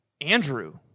Andrew